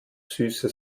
süße